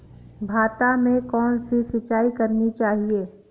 भाता में कौन सी सिंचाई करनी चाहिये?